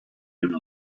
him